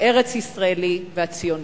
הארץ-ישראלי והציוני.